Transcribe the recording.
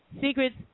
secrets